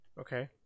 Okay